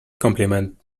compliment